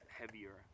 heavier